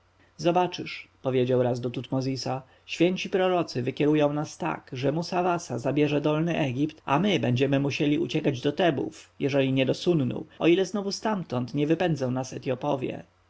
zobaczysz powiedział raz do tutmozisa święci prorocy wykierują nas tak że musawasa zabierze dolny egipt a my będziemy musieli uciekać do tebów jeżeli nie do sunnu o ile znowu stamtąd nie wypędzą nas etjopowie